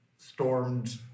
Stormed